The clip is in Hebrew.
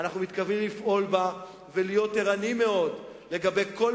אנחנו מתכוונים לפעול בה ולהיות ערניים מאוד לגבי כל